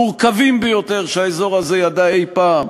המורכבים ביותר שהאזור הזה ידע אי-פעם,